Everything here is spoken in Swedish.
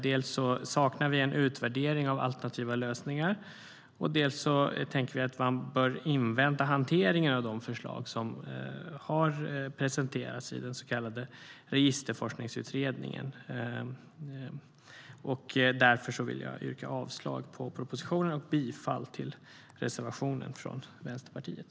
Men dels saknar vi en utvärdering av alternativa lösningar, dels tänker vi att man bör invänta hanteringen av de förslag som har presenterats i den så kallade registerforskningsutredningen. Därför yrkar jag avslag på propositionen och bifall till reservationen från Vänsterpartiet.